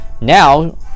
Now